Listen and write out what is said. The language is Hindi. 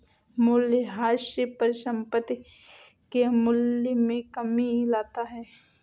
मूलयह्रास परिसंपत्ति के मूल्य में कमी लाता है